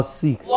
six